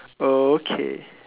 okay